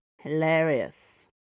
Hilarious